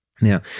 Now